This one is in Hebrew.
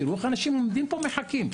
תראו איך אנשים עומדים פה ומחכים,